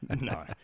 no